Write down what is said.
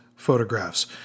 photographs